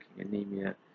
anemia